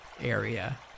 area